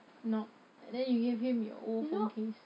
no~ then you give him your old phone case